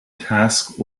task